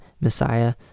Messiah